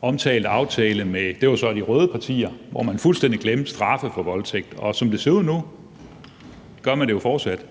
omtalt aftale med de røde partier, hvor man fuldstændig glemte straffe for voldtægt. Og som det ser ud nu, gør man det jo fortsat.